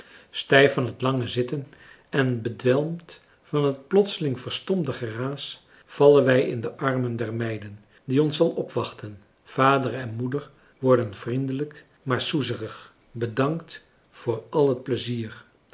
stijf van het lange zitten en bedwelmd van het plotseling verstomde geraas vallen wij in de armen der meiden die ons al opwachtten vader en moeder worden vriendelijk maar soezerig bedankt voor al het pleizier